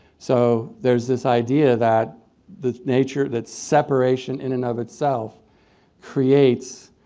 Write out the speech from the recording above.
so there's this idea that the nature that separation in and of itself creates